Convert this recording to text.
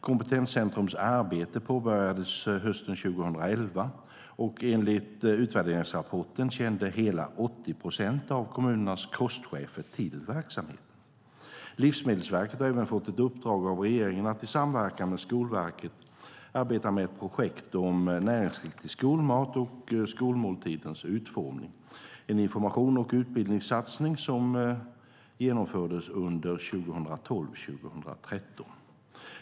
Kompetenscentrumets arbete påbörjades hösten 2011, och enligt utvärderingsrapporten kände hela 80 procent av kommunernas kostchefer till verksamheten. Livsmedelsverket har även fått ett uppdrag av regeringen att i samverkan med Skolverket arbeta med ett projekt om näringsriktig skolmat och skolmåltidens utformning, en informations och utbildningssatsning som genomförs under 2012-2013.